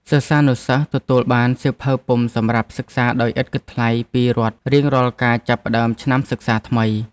សិស្សានុសិស្សទទួលបានសៀវភៅពុម្ពសម្រាប់សិក្សាដោយឥតគិតថ្លៃពីរដ្ឋរៀងរាល់ការចាប់ផ្តើមឆ្នាំសិក្សាថ្មី។